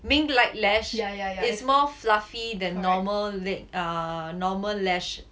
mink like lash is more fluffy than normal li~ err normal lash